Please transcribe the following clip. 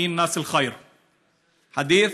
חד'ית,